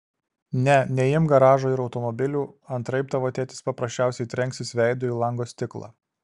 ne neimk garažo ir automobilių antraip tavo tėtis paprasčiausiai trenksis veidu į lango stiklą